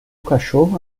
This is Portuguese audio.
cachorro